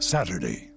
Saturday